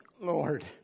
Lord